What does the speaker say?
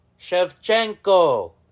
Shevchenko